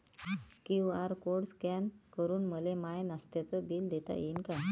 QR code scan करून मले माय नास्त्याच बिल देता येईन का?